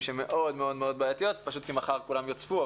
שהן מאוד מאוד בעייתיות כי מחר הן יוצפו,